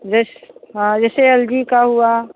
जैस हाँ जैसे एल जी का हुआ